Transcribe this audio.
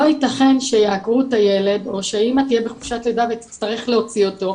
לא ייתכן שיעקרו את הילד או שהאמא תהיה בחופשת לידה ותצטרך להוציא אותו,